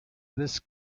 this